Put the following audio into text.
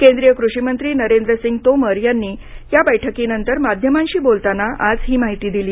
केंद्रीय कृषी मंत्री नरेंद्र सिंग तोमर यांनी या बैठकीनंतर माध्यमांशी बोलताना आज ही माहिती दिली